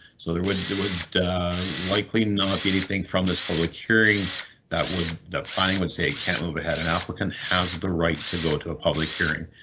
so there would and would likely not be anything from this public hearing that would the planning would say can't move ahead. an applicant has the right to go to a public hearing.